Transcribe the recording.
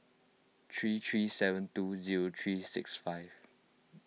three three seven two zero three six five